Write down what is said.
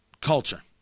culture